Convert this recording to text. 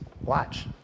Watch